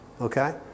Okay